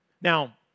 Now